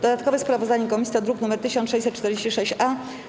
Dodatkowe sprawozdanie komisji to druk nr 1646-A.